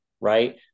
Right